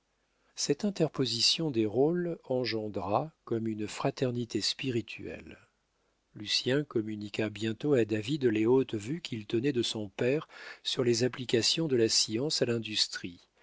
cette interposition des rôles engendra comme une fraternité spirituelle lucien communiqua bientôt à david les hautes vues qu'il tenait de son père sur les applications de la science à l'industrie